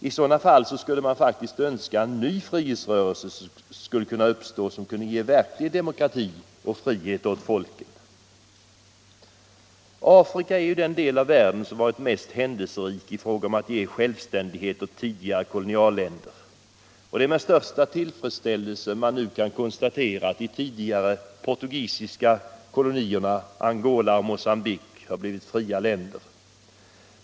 I sådana fall önskar man att on ny frihetsrörelse skulle uppstå som kunde ge verklig demokrati och frihet åt folket. Afrika är den del av världen som varit mest händelserik i fråga om att ge självständighet åt tidigare kolonialländer. Det är med största tillfredsställelse man nu kan konstatera att de tidigare portugisiska kolonierna Angola och Mocambique har blivit fria länder.